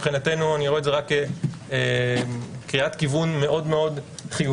מבחינתנו אני רואה זאת כקריאת כיוון מאוד חיובית.